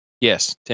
Yes